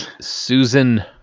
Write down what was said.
Susan